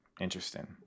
Interesting